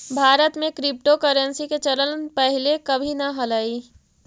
भारत में क्रिप्टोकरेंसी के चलन पहिले कभी न हलई